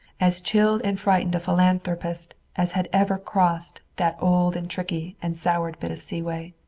as chilled and frightened a philanthropist as had ever crossed that old and tricky and soured bit of seaway.